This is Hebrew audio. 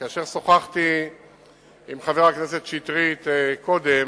כאשר שוחחתי עם חבר הכנסת שטרית קודם,